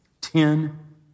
Ten